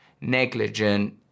negligent